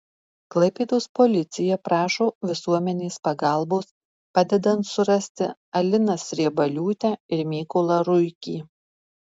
klaipėdos policija prašo visuomenės pagalbos padedant surasti aliną sriebaliūtę ir mykolą ruikį